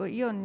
io